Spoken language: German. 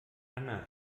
anna